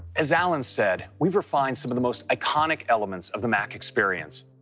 as alan said, we've refined some of the most iconic elements of the mac experience.